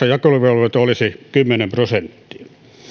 jakeluvelvoite olisi kymmenen prosenttia